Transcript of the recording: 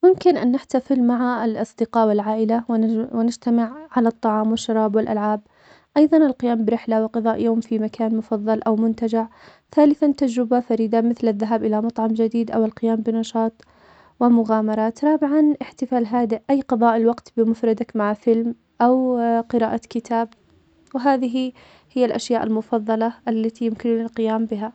ممكن أن نحتفل مع الأصدقاء والعائلة ونج- ونجتمع على الطعام, والشراب, والألعاب, أيضاً القيام برحلة وقضاء يوم في مكان مفضل أو منتجع, ثالثاً تجربة فريدة, مثل الذهاب إلى مطعم جديد, أو القيام بنشاطومغامرات, رابعاً إحتفال هادئ, أي قضاء الوقت بمفردك مع فيلم أو قراءة كتاب, وهذه هي الأشياء المفضلة التي يمكننا القيام بها.